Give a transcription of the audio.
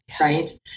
right